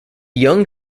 young